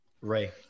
Ray